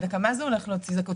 מה זה הולך להוציא זכאות?